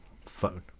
Phone